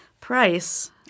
price